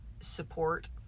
support